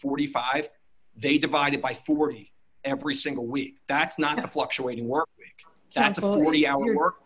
forty five they divided by forty every single week that's not a fluctuating work of all the hour work